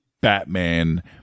Batman